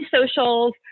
socials